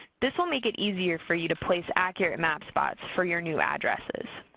this will make it easier for you to place accurate map spots for your new addresses.